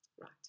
Right